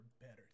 better